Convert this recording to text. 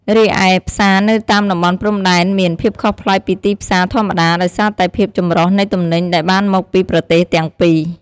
រីឯផ្សារនៅតាមតំបន់ព្រំដែនមាន ភាពខុសប្លែកពីទីផ្សារធម្មតា ដោយសារតែភាពចម្រុះនៃទំនិញដែលបានមកពីប្រទេសទាំងពីរ។